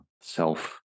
self